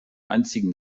einzigen